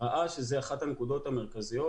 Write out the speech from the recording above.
ראה שזאת אחת הנקודות המרכזיות,